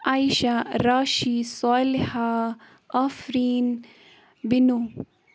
Ayesha Rashi Saliha Afreen Binu